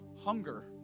hunger